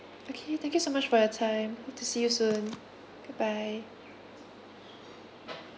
okay thank you so much for your time hope to see you soon goodbye